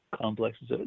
complexes